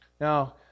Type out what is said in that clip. Now